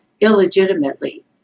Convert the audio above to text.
illegitimately